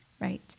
right